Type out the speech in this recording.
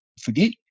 forget